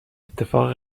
اتفاق